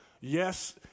Yes